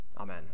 Amen